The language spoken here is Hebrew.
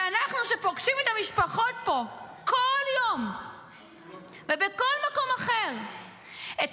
אנחנו פוגשים את המשפחות פה כל יום ובכל מקום אחר -- הוא לא פוגש.